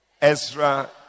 Ezra